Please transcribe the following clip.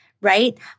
right